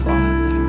Father